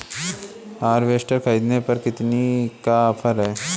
Harvester ख़रीदने पर कितनी का ऑफर है?